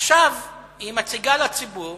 עכשיו היא מציגה לציבור